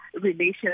Relations